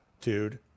Dude